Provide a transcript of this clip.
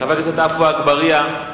חבר הכנסת עפו אגבאריה,